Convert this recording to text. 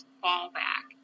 fallback